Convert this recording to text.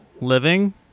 living